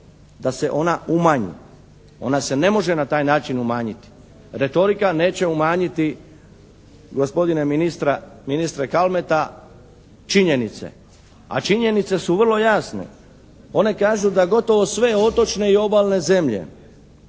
da se ona umanji. Ona se ne može na taj način umanjiti. Retorika neće umanjiti gospodina ministra Kalmeta činjenice. A činjenice su vrlo jasne. One kažu da gotovo sve otočne i obalne zemlje,